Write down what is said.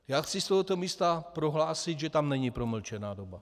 Já chci z tohoto místa prohlásit, že tam není promlčená doba.